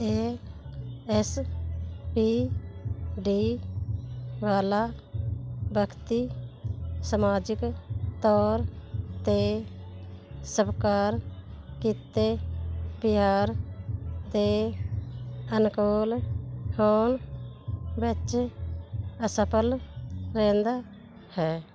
ਏ S P D ਵਾਲਾ ਵਿਅਕਤੀ ਸਮਾਜਿਕ ਤੌਰ 'ਤੇ ਸਵੀਕਾਰ ਕੀਤੇ ਵਿਹਾਰ ਦੇ ਅਨੁਕੂਲ ਹੋਣ ਵਿੱਚ ਅਸਫਲ ਰਹਿੰਦਾ ਹੈ